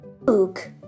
Look